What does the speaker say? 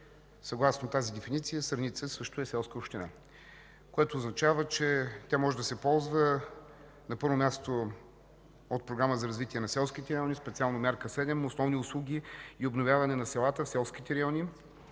Съгласно тази дефиниция, Сърница също е селска община. Това означава, че тя може да се ползва, на първо място, от Програмата за развитие на селските райони, специално мярка 7 – „Основни услуги и обновяване на селата в селските райони”.